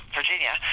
Virginia